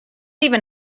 even